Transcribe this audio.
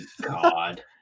God